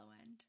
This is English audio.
end